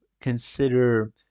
consider